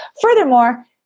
Furthermore